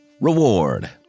Reward